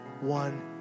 one